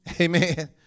Amen